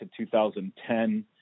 2010